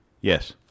Yes